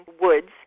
woods